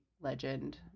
legend